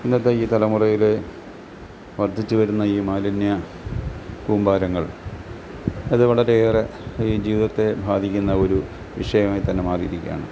ഇന്നത്തെ ഈ തലമുറയില് വർദ്ധിച്ചു വരുന്ന ഈ മാലിന്യ കൂമ്പാരങ്ങൾ അത് വളരെ ഏറെ ഈ ജീവിതത്തെ ബാധിക്കുന്ന ഒരു വിഷയമായി തന്നെ മാറിയിരിക്കുകയാണ്